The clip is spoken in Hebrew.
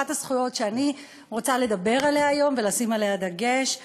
אחת הזכויות שאני רוצה לדבר עליהן היום ולשים עליה דגש,